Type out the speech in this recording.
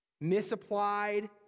misapplied